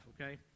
okay